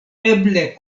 eble